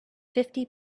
fifty